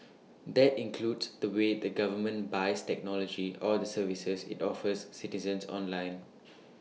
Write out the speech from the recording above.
that includes the way the government buys technology or the services IT offers citizens online